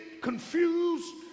confused